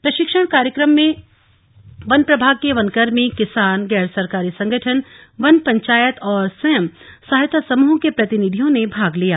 प्रशिक्षण कार्यक्रम में वन प्रभाग के वन कर्मी किसान गैर सरकारी संगठन वन पंचायत और स्वयं सहायता समूह के प्रतिनिधियों ने भाग लिया